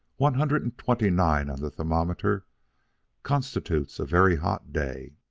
one hundred and twenty-nine on the thermometer constitutes a very hot day,